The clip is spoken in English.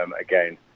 again